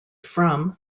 from